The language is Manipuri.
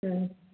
ꯎꯝ